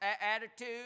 attitude